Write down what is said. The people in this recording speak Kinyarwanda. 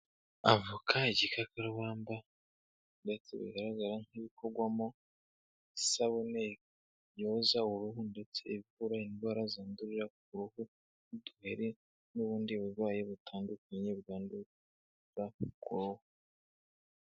Avoka, igikakarubamba ndetse bigaragara nk'ibikorwamo isabune yoza uruhu ndetse ivura indwara zandurira ku ruhu n'uduheri n'ubundi burwayi butandukanye bwandura ku ruhu.